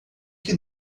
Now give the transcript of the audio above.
que